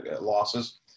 losses